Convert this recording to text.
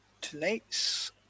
tonight's